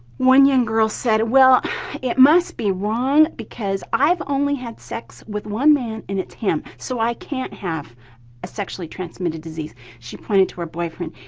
one young girl said. well it must be wrong because i've only had sex with one man and it's him, so i can't have a sexually transmitted disease! she pointed to her boyfriend.